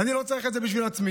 אני לא צריך את זה בשביל עצמי.